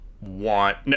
want